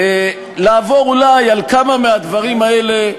לעבור אולי על כמה מהדברים האלה,